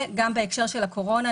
וגם בהקשר של הקורונה,